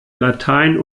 latein